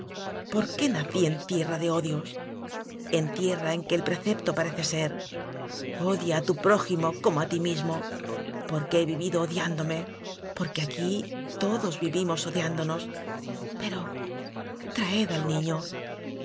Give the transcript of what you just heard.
qué nací en tierra de odios en tierra en que el precepto parece ser odia a tu prójimo como a ti mismo porque he vi vido odiándome porque aquí todos vivimos odiándonos pero traed al niño